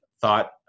thought